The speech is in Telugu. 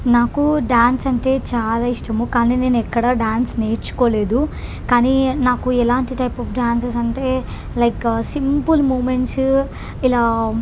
నాకు డ్యాన్స్ అంటే చాలా ఇష్టము కానీ నేనెక్కడా డ్యాన్స్ నేర్చుకోలేదు కానీ నాకు ఎలాంటి టైప్ ఆఫ్ డ్యాన్సెస్ అంటేటే లైక్ సింపుల్ మూమెంట్స్ ఇలా